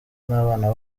n’abana